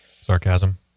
Sarcasm